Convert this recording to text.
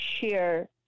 share